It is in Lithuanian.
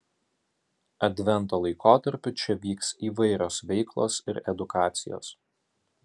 advento laikotarpiu čia vyks įvairios veiklos ir edukacijos